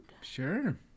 Sure